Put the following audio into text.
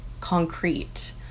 concrete